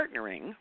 partnering